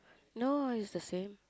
no it's the same